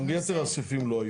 גם יתר הסעיפים לא היו.